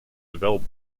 develop